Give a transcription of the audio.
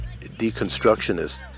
deconstructionist